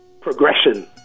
Progression